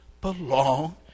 belong